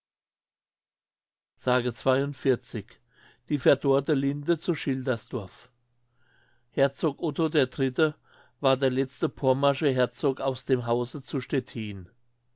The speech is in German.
s die verdorrte linde zu schildersdorf herzog otto der dritte war der letzte pommersche herzog aus dem hause zu stettin